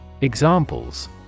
Examples